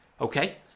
Okay